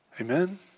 Amen